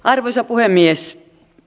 arvoisa puhemies